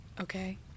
Okay